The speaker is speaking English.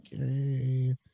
Okay